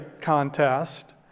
contest